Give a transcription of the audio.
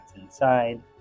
inside